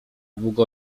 długo